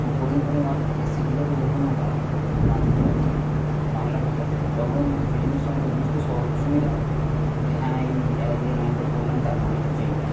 খুব কঠিন কঠিন ওয়ার্ড থাকে সেগুলোকে যখন আমরা ট্রান্সলেট করি বাংলা ভাষাতে তখন সেই জিনিসটা আমাদের বুঝতে সহো সুবিধে হয় যে হ্যাঁ এই এই যে লাইনটা পড়লাম তার মানে হচ্ছে এইটা